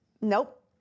nope